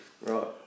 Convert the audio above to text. Right